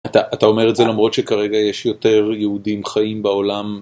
אתה אומר את זה למרות שכרגע יש יותר יהודים חיים בעולם...